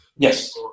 Yes